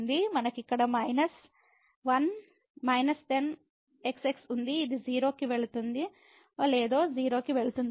మనకు ఇక్కడ minus 10 xx ఉంది ఇది 0 కి వెళుతుందో లేదో 0 కి వెళుతుంది